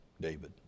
David